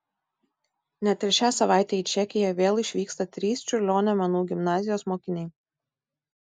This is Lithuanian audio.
net ir šią savaitę į čekiją vėl išvyksta trys čiurlionio menų gimnazijos mokiniai